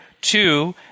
two